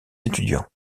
étudiants